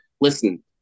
Listen